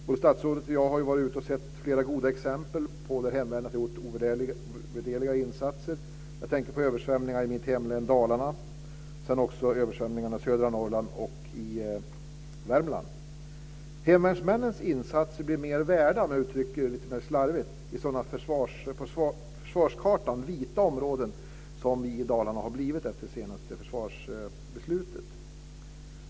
Både statsrådet och jag har ju varit ute och sett flera goda exempel på att hemvärnet har gjort ovärderliga insatser. Jag tänker på översvämningarna i mitt hemlän Dalarna och också på översvämningarna i södra Hemvärnsmännens insatser blir mer värda, om jag uttrycker det lite slarvigt, i ett sådant på försvarskartan vitt område som Dalarna har blivit efter det senaste försvarsbeslutet.